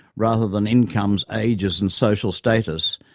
rather than incomes, ages and social status,